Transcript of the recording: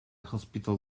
hospital